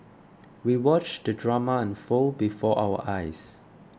we watched the drama unfold before our eyes